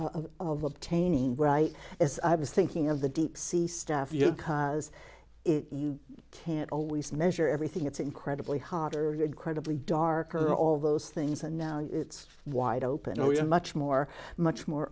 of obtaining right as i was thinking of the deep sea stuff you know because you can't always measure everything it's incredibly hot or incredibly dark or all those things and now it's wide open we're much more much more